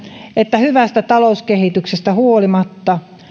että hyvästä talouskehityksestä huolimatta